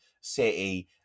City